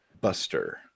Buster